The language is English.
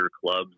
clubs